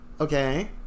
okay